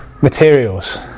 materials